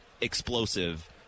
explosive